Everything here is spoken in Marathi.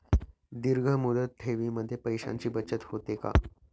दीर्घ मुदत ठेवीमध्ये पैशांची बचत होते का?